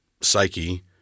psyche